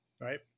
Right